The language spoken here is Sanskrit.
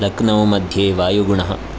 लख्नौ मध्ये वायुगुणः